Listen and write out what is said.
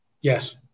Yes